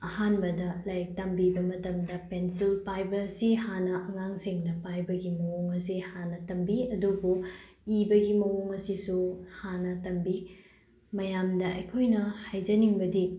ꯑꯍꯥꯟꯕꯗ ꯂꯥꯏꯔꯤꯛ ꯇꯝꯕꯤꯕ ꯃꯇꯝꯗ ꯄꯦꯟꯁꯤꯜ ꯄꯥꯏꯕꯁꯤ ꯍꯥꯟꯅ ꯑꯉꯥꯡꯁꯤꯡꯅ ꯄꯥꯏꯕꯒꯤ ꯃꯑꯣꯡ ꯑꯁꯤ ꯍꯥꯟꯅ ꯇꯝꯕꯤ ꯑꯗꯨꯕꯨ ꯏꯕꯒꯤ ꯃꯑꯣꯡ ꯑꯁꯤꯁꯨ ꯍꯥꯟꯅ ꯇꯝꯕꯤ ꯃꯌꯥꯝꯗ ꯑꯩꯈꯣꯏꯅ ꯍꯥꯏꯖꯅꯤꯡꯕꯗꯤ